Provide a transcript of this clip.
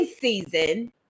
season